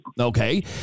Okay